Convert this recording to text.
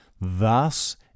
Thus